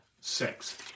six